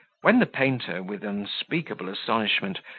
when the painter with unspeakable astonishment,